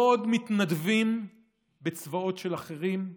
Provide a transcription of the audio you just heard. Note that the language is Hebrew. לא עוד מתנדבים בצבאות של אחרים,